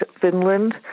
Finland